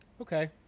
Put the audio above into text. okay